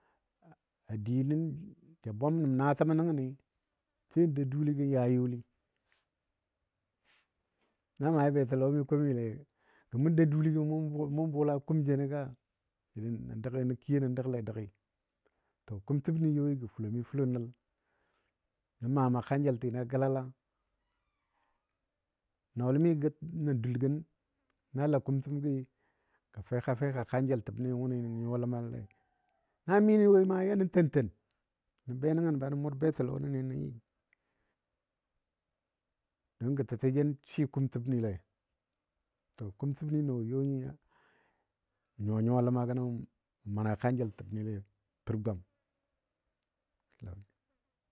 A delu tabannu ma ke tadellu nemayuumai. na maai betəlɔmi komile gɔ mu dou duligɔ mu bula kum jenɔ. ga di nə kiyo nə dəgle dəgi. To kumtini yoi gə fulomi fulo nəl, nə maa maa kanjəltina gəlala, nɔɔlimi nən dul gən na la kumtəngi gə fekafeka kanjəl təbni wʊni nə nyuwa ləmalei yenu taltal. Na mi nə wo ma yanə tenten nə be nəngən be nə mʊr betəlɔnəni nə. yɨ nəngɔ gə tətejen swɨ kumtəbnile. To kumtəbni nɔ yo nyi mə nyuwa. ləma gənɔ m mana kanjəltəbnile pər gwam.